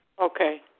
Okay